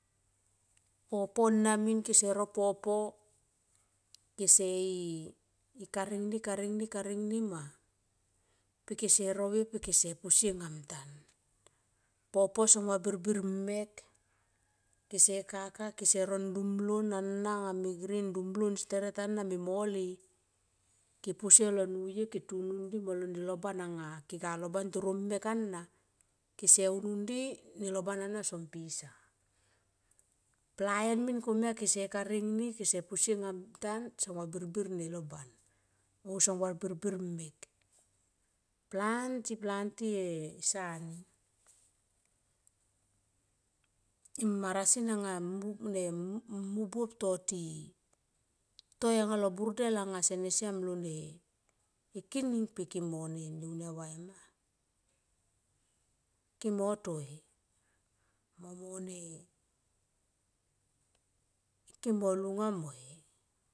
Popa na min kese ro po kese i karing ni karing ni ma pekese rovie pekese posie angam tan. Popo so vabirbir mek kese kaka kese ro ndum ion ana me grin ndum ion steret ana me mole keposie io muye ke tutun di molo nelo ban anga kega loban toro mek ana kese unun di nelo ban ana son pisa plaen min komia se karing ni kese posie anga mntan son va birbir nelo ban mo son vabirbir mek. Planty, planty e sani e marasin anga mu buop toti toi anga lo burdel anga sene siam lo ne e kining pe ke mo ne unia vai ma ke mo toi momone ike mo lunga moi.